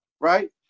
right